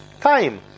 Time